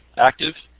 active,